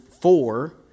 four